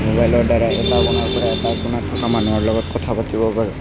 মোবাইলৰদ্বাৰা এটা কোণাৰপৰা এটা কোণত থকা মানুহৰ লগত কথা পাতিবও পাৰোঁ